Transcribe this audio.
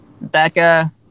Becca